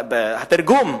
התרגום: